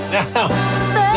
Now